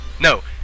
No